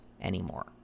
anymore